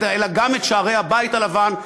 אלא גם את שערי הבית הלבן,